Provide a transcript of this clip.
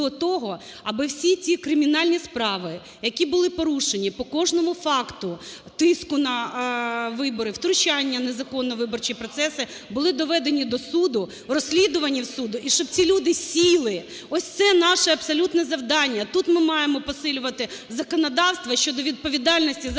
аби всі ті кримінальні справи, які були порушені по кожному факту, тиску на вибори, втручання незаконне в виборчі процеси, були доведені до суду, розслідувані в суді, і щоб ці люди сіли. Ось це наше абсолютне завдання. Тут ми маємо посилювати законодавство щодо відповідальності за